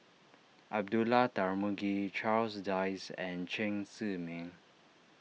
Abdullah Tarmugi Charles Dyce and Chen Zhiming